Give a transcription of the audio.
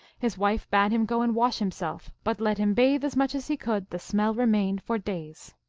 his wife bade him go and wash himself but let him bathe as much as he could, the smell remained for days.